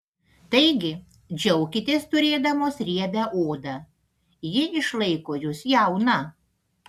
taigi džiaukitės turėdamos riebią odą ji išlaiko jus jauną